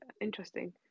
interesting